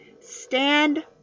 stand